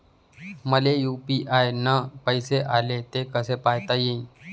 मले यू.पी.आय न पैसे आले, ते कसे पायता येईन?